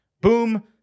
boom